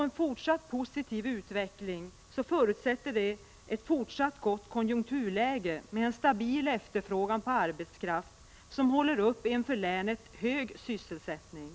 En fortsatt gynnsam utveckling förutsätter ett bevarat gott konjunkturläge med en stabil efterfrågan på arbetskraft, som uppehåller en för länet hög sysselsättning.